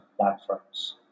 platforms